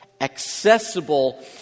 accessible